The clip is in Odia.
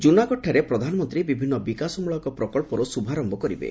ଜୁନାଗଡଠାରେ ପ୍ରଧାନମନ୍ତ୍ରୀ ବିଭିନ୍ନ ବିକାଶମଳକ ପ୍ରକଳ୍ପର ଶୁଭାରମ୍ଭ କରିବେ